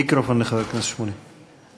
מיקרופון לחבר הכנסת שמולי.